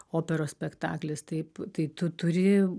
operos spektaklis taip tai tu turi